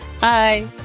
bye